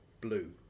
blue